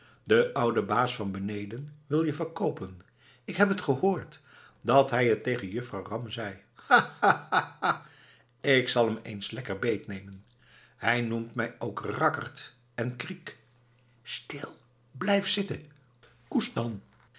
de oude baas van beneden wil je verkoopen ik heb gehoord dat hij t tegen juffrouw ram zei ha ha ha ha ik zal hem eens lekker beetnemen hij noemt mij ook rakkerd en kriek stil blijf zitten koest dan